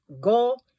go